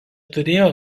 turėjo